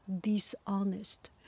dishonest